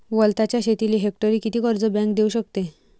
वलताच्या शेतीले हेक्टरी किती कर्ज बँक देऊ शकते?